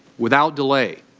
without delay,